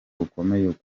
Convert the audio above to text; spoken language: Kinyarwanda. bukomeye